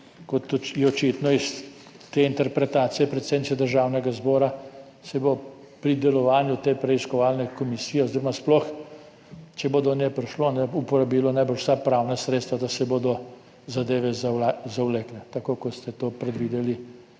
Kot je očitno tudi iz te interpretacije predsednice Državnega zbora, se bo pri delovanju te preiskovalne komisije, če bo sploh do nje prišlo, najbrž uporabilo vsa pravna sredstva, da se bodo zadeve zavlekle, tako kot ste to predvideli